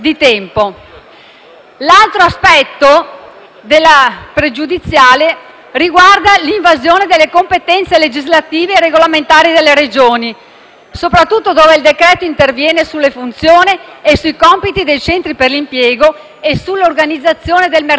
L'altro aspetto della pregiudiziale riguarda l'invasione delle competenze legislative e regolamentari delle Regioni, soprattutto dove il decreto-legge interviene sulle funzioni e sui compiti dei centri per l'impiego e sull'organizzazione del mercato del lavoro.